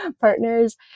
partners